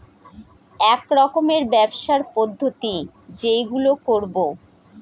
এক রকমের ব্যবসার পদ্ধতি যেইগুলো করবো